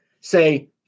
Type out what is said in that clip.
say